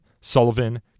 Sullivan